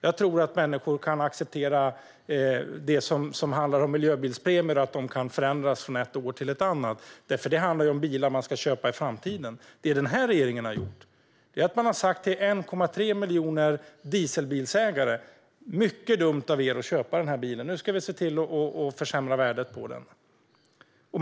Jag tror att människor kan acceptera det som handlar om miljöbilspremier och att de kan förändras från ett år till ett annat, för det gäller bilar som ska köpas i framtiden. Det som regeringen har gjort är att man har sagt till 1,3 miljoner ägare av dieselbilar: Det var mycket dumt av er att köpa denna bil, och nu ska vi se till att försämra värdet på den.